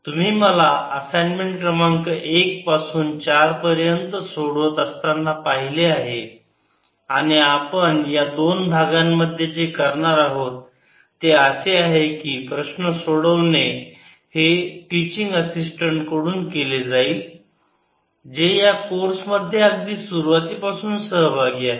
तुम्ही मला असाइनमेंट क्रमांक एक पासून चार पर्यंत सोडवत असताना पाहिले आहे आणि आपण या दोन भागां मध्ये जे करणार आहोत ते असे आहे की प्रश्न सोडवणे हे टिचिंग असिस्टंट कडून केले जाईल जे या कोर्समध्ये अगदी सुरुवातीपासून सहभागी आहे